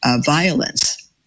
violence